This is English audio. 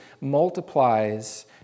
multiplies